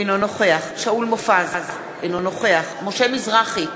אינו נוכח שאול מופז, אינו נוכח משה מזרחי,